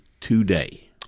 today